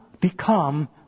become